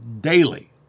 daily